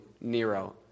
Nero